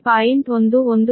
11 ಆಗಿದೆ